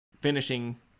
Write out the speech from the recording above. finishing